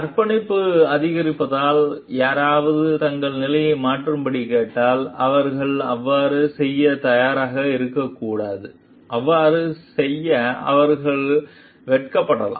அர்ப்பணிப்பு அதிகரிப்பதால் யாராவது தங்கள் நிலையை மாற்றும்படி கேட்கப்பட்டால் அவர்கள் அவ்வாறு செய்யத் தயாராக இருக்கக்கூடாது அவ்வாறு செய்ய அவர்கள் வெட்கப்படலாம்